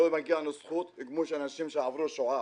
לא מגיעה לנו זכות כמו אנשים שעברו שואה.